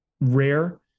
rare